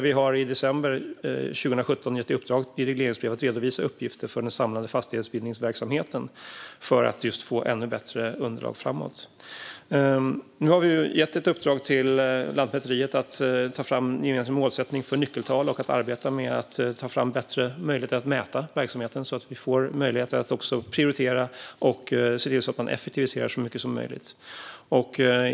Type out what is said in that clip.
I december 2017 gav vi också i ett regleringsbrev i uppdrag att redovisa uppgifter för den samlade fastighetsbildningsverksamheten, just för att få ännu bättre underlag framöver. Nu har vi gett Lantmäteriet i uppdrag att ta fram en målsättning för nyckeltal och att arbeta med att ta fram bättre möjligheter för att mäta verksamheten, så att vi får möjlighet att prioritera och se till att man effektiviserar så mycket som möjligt.